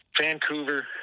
Vancouver